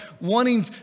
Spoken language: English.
wanting